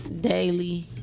daily